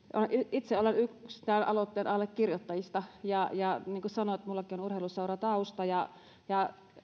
itse olen yksi tämän aloitteen allekirjoittajista niin kuin sanoin minullakin on urheiluseuratausta ja ja